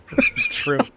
True